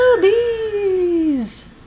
bees